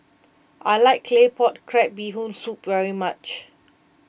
I like Claypot Crab Bee Hoon Soup very much